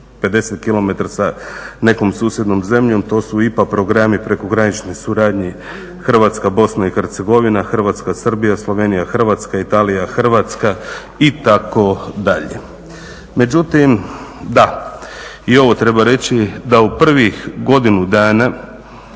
50 km sa nekom susjednom zemljom to su IPA programi prekogranične suradnje Hrvatska-BiH, Hrvatska-Srbija, Slovenija-Hrvatska, Italija-Hrvatska itd. Međutim da, i ovo treba reći, da u prvih godinu dana,